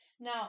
Now